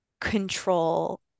control